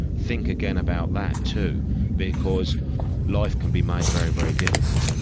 think again about that too because life can be made very, very difficult'.